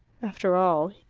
after all,